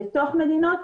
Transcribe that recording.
בתוך מדינות,